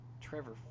Trevor